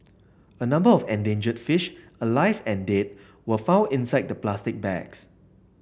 a number of endangered fish alive and dead were found inside the plastic bags